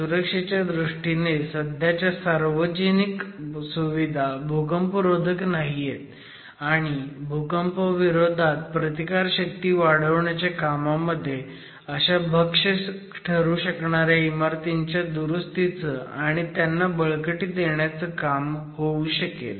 सुरक्षेच्या दृष्टीने सध्याच्या सार्वजनिक सुविधा भूकंपरोधक नाहीयेत आणि भूकंपाविरोधात प्रतिकार शक्ती वाढवण्याच्या कामामध्ये अशा भक्ष्य ठरू शकणाऱ्या इमारतींच्या दुरुस्तीचं आणि त्यांना बळकटी देण्याचं काम होऊ शकेल